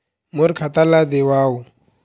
मोर खाता ला देवाव?